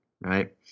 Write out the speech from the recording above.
right